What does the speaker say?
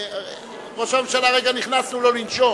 ראש הממשלה הרגע נכנס, תנו לו לנשום.